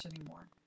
anymore